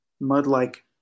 mud-like